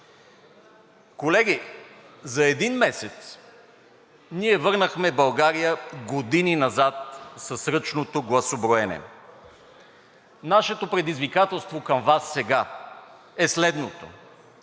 Колеги, за един месец ние върнахме България години назад с ръчното гласоброене. Нашето предизвикателство към Вас сега е следното: